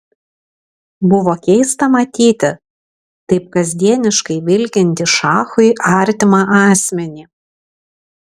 buvo keista matyti taip kasdieniškai vilkintį šachui artimą asmenį